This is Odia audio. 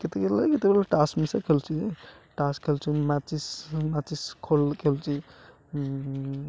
କେତେ କଲେ କେତେବେଲେ ତାସ ମିଶା ଖେଳୁଛି ଯେ ତାସ୍ ଖେଳୁଛି ମ୍ୟାଚିସ୍ ମ୍ୟାଚିସ୍ ଖୋଳର ଖେଳୁଛି